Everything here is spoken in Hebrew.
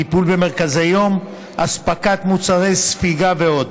טיפול במרכזי יום, אספקת מוצרי ספיגה ועוד.